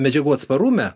medžiagų atsparume